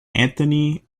anthony